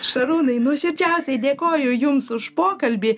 šarūnai nuoširdžiausiai dėkoju jums už pokalbį